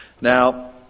Now